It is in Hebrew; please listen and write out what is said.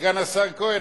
סגן השר כהן,